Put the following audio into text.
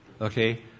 Okay